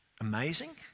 Amazing